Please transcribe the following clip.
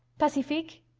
pacifique!